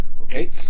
okay